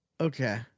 Okay